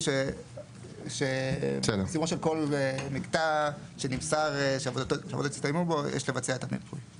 היא שבסיומו של כל מקטע שנמסר שעבודות הסתיימו בו יש לבצע את המיפוי.